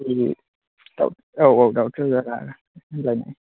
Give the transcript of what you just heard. औ औ दाउथु जरा होनलायनाय